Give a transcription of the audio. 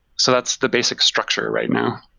so that's the basic structure right now